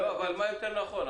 אבל מה יותר נכון?